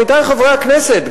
עמיתי חברי הכנסת,